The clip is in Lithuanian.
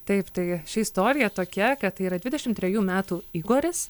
taip tai ši istorija tokia kad tai yra dvidešim trejų metų igoris